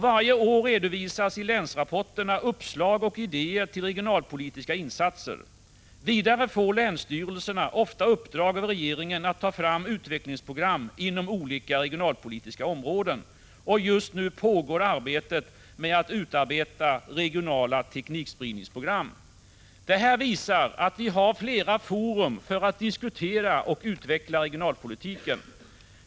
Varje år redovisas i länsrapporterna uppslag och idéer till regionalpo — Prot. 1985/86:148 litiska insatser. Vidare får länsstyrelserna ofta uppdrag av regeringen att ta 22 maj 1986 fram utvecklingsprogram inom olika regionalpolitiska områden. Just nu d Regionalpolitiken, pågår arbetet med att utarbeta regionala teknikspridningsprogram. Detta visar att vi har flera forum för att diskutera och utveckla regionalpolitiken.